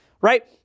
right